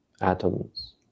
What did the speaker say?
atoms